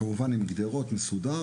כמובן עם גדרות והכל מסודר,